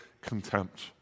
contempt